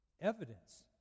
evidence